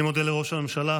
אני מודה לראש הממשלה.